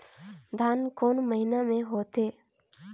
धान कोन महीना मे होथे?